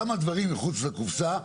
כמה דברים מחוץ לקופסה,